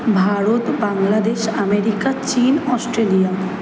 Bharat Bangladesh America চীন Australia